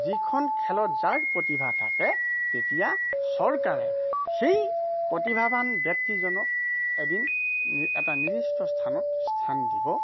যিখন খেলত যাৰ প্ৰতিভা থাকে তেতিয়া চৰকাৰে সেই প্ৰতিভাৱান ব্যক্তিজনক এদিন এটা নিৰ্দিষ্ট স্থানত স্থান দিব